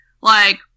like-